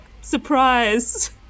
surprise